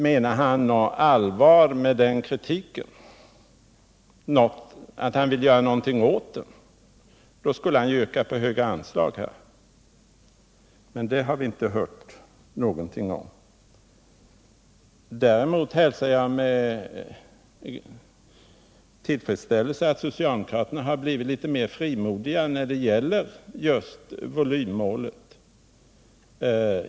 Menar han något allvar med den kritiken, så att han vill göra något åt förhållandet, skulle han yrka på högre anslag, men det har vi inte hört någonting om. Däremot hälsar jag med tillfredsställelse att socialdemokraterna har blivit litet mer frimodiga när det gäller just volymmålet.